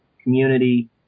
community